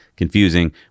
Confusing